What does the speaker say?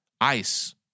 ICE